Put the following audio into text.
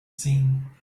seen